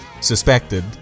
suspected